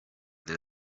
that